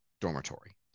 dormitory